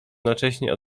nocześnie